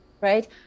right